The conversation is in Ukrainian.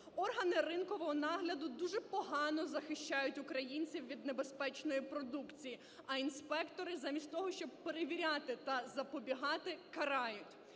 Органи ринкового нагляду дуже погано захищають українців від небезпечної продукції, а інспектори замість того, щоб перевіряти та запобігати, карають.